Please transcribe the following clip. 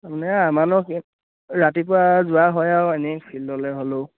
মানে আমাৰনো ৰাতিপুৱা যোৱা হয় আৰু এনেই ফিল্ডলৈ হ'লেও